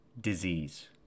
disease